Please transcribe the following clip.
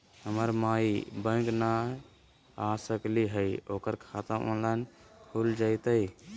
हमर माई बैंक नई आ सकली हई, ओकर खाता ऑनलाइन खुल जयतई?